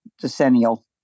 decennial